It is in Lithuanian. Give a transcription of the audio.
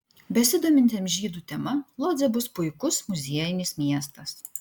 besidomintiems žydų tema lodzė bus puikus muziejinis miestas